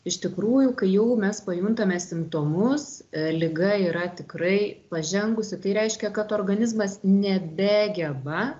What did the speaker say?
iš tikrųjų kai jau mes pajuntame simptomus liga yra tikrai pažengusi tai reiškia kad organizmas nebegeba